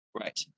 right